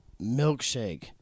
milkshake